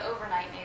overnight